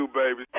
baby